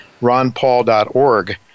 ronpaul.org